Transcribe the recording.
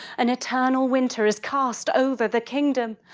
an eternal winter is cast over the kingdom.